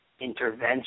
intervention